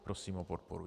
Prosím o podporu.